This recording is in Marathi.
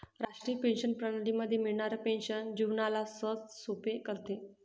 राष्ट्रीय पेंशन प्रणाली मध्ये मिळणारी पेन्शन जीवनाला सहजसोपे करते